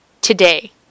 today